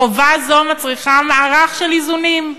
חובה זו מצריכה מערך של איזונים,